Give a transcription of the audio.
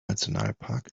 nationalpark